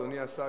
אדוני השר,